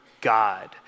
God